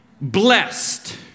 blessed